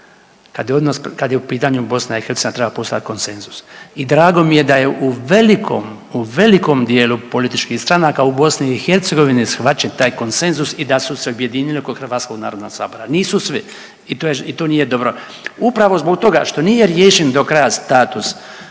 kad je u pitanju BiH, treba postojati konsenzus i drago mi je da je u velikom, u velikom dijelu političkih stranaka u BiH shvaćen taj konsenzus i da su se objedinile oko Hrvatskog narodnog sabora. Nisu svi i to nije dobro. Upravo zbog toga što nije riješen do kraja status